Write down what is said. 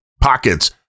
pockets